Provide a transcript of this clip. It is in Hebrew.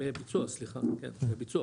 בביצוע סליחה, בביצוע.